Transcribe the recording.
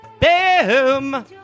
Boom